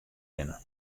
binne